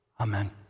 Amen